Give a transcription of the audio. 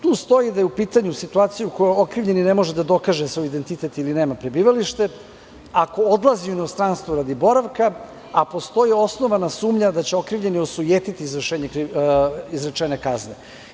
Tu stoji da je u pitanju situacija u kojoj okrivljeni ne može da dokaže svoj identitet ili nema prebivalište, ako odlazi u inostranstvo radi boravka, a postoji osnovana sumnja da će okrivljeni osujetiti izvršenje izrečene kazne.